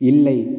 இல்லை